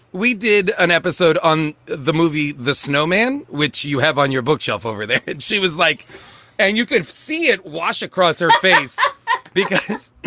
we did an episode on the movie the snowman, which you have on your bookshelf over there. and she was like and you could see it wash across her face because